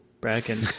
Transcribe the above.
Bracken